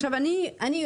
עכשיו, אני יודעת